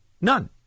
None